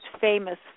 famous